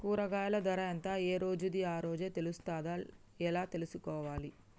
కూరగాయలు ధర ఎంత ఏ రోజుది ఆ రోజే తెలుస్తదా ఎలా తెలుసుకోవాలి?